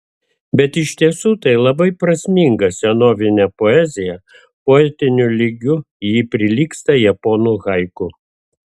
bet iš tiesų tai labai prasminga senovinė poezija poetiniu lygiu ji prilygsta japonų haiku